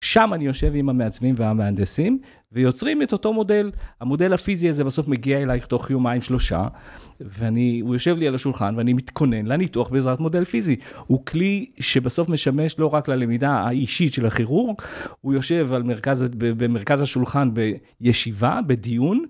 שם אני יושב עם המעצבים והמהנדסים ויוצרים את אותו מודל. המודל הפיזי הזה בסוף מגיע אלייך תוך יומיים-שלושה, ואני, והוא יושב לי על השולחן ואני מתכונן לניתוח בעזרת מודל פיזי. הוא כלי שבסוף משמש לא רק ללמידה האישית של הכירורג, הוא יושב במרכז השולחן בישיבה, בדיון.